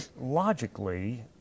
logically